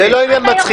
זה לא עניין מצחיק.